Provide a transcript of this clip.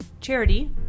charity